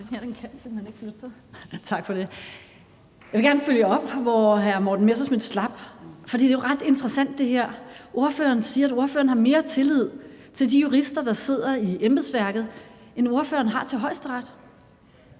Jeg vil gerne følge op der, hvor hr. Morten Messerschmidt slap, for det her er jo ret interessant. Ordføreren siger, at ordføreren har mere tillid til de jurister, der sidder i embedsværket, end ordføreren har til Højesteret.